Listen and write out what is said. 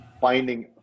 finding